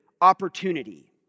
opportunity